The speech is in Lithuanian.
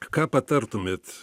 ką patartumėt